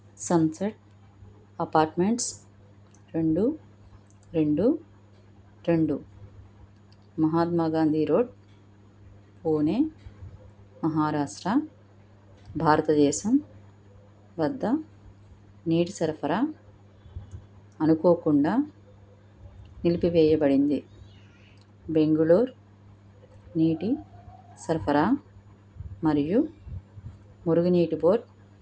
sunset apartments రెండు రెండు రెండు మహాత్మా గాంధీ రోడ్ పూణే మహారాష్ట్ర భారతదేశం వద్ద నీటి సరఫరా అనుకోకుండా నిలిపివేయబడింది బెంగుళూరు నీటి సరఫరా మరియు మురుగునీటి బోర్డ్